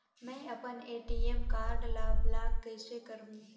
मै अपन ATM card ल ब्लाक कइसे करहूं?